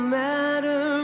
matter